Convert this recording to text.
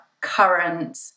current